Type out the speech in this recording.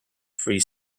free